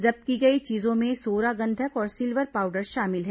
जब्त की गई चीजों में सोरा गंधक और सिल्वर पाउडर शामिल है